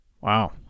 Wow